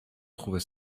trouvait